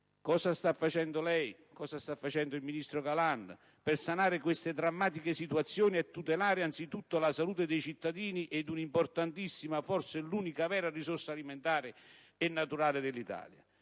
Cosa state facendo lei e il ministro Galan per sanare queste drammatiche situazioni e tutelare anzitutto la salute dei cittadini ed un'importantissima (forse l'unica vera) risorsa alimentare e naturale dell'Italia?